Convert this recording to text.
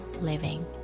living